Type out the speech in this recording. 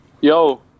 Yo